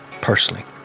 personally